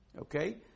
Okay